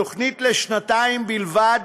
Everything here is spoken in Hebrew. התוכנית לשנתיים בלבד,